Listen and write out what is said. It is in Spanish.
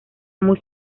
muy